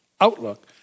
outlook